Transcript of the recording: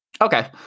Okay